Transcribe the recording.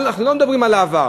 אנחנו לא מדברים על העבר.